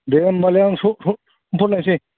दे होम्बालाय आं समफोर लायनोसै